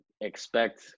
expect